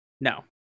No